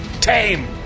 tame